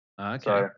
Okay